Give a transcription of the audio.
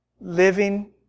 living